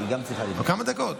עוד כמה דקות.